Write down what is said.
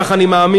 כך אני מאמין,